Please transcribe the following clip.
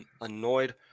annoyed